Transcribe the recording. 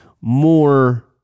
more